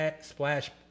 splash